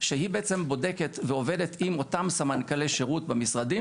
גמישות ולאו דווקא בקטע של אחזקה של המבנים.